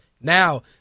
Now